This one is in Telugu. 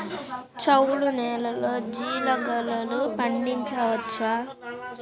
చవుడు నేలలో జీలగలు పండించవచ్చా?